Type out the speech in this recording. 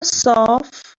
صاف